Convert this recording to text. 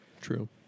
True